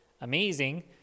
amazing